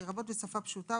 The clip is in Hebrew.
לרבות בשפה פשוטה,